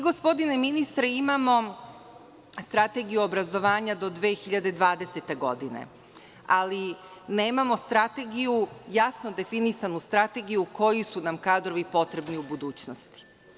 Gospodine ministre, mi imamo strategiju obrazovanja do 2020. godine, ali nemamo strategiju jasno definisanu – koji su nam kadrovi potrebni u budućnosti.